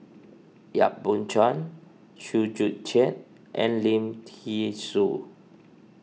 Yap Boon Chuan Chew Joo Chiat and Lim thean Soo